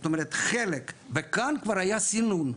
זאת אומרת, לחלק מכאן כבר היה סינון.